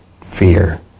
fear